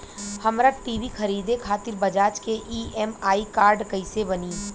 हमरा टी.वी खरीदे खातिर बज़ाज़ के ई.एम.आई कार्ड कईसे बनी?